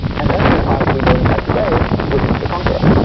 and earning the title we know him by today, william the conqueror,